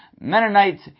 Mennonites